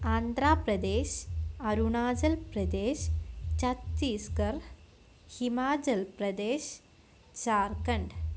Andhra Pradesh Arunachal Pradesh Chhattisgarh Himachal Pradesh Jharkhand